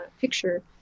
picture